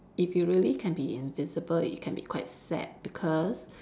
if you really can be invisible it can be quite sad because